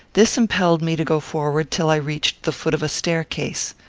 this impelled me to go forward, till i reached the foot of a staircase.